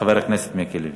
חבר הכנסת מיקי לוי.